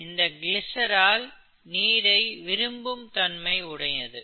இந்த கிளிசரால் நீரை விரும்பும் தன்மை உடையது